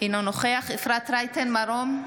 אינו נוכח אפרת רייטן מרום,